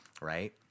right